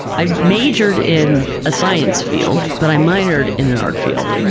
i majored in a science field but i minored in an art field,